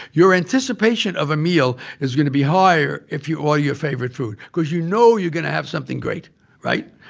your anticipation of a meal is going to be higher if you order your favorite food because you know you're going to have something great right?